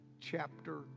chapter